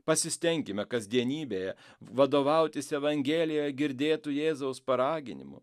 pasistenkime kasdienybėje vadovautis evangelijoj girdėtu jėzaus paraginimu